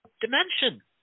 dimension